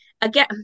again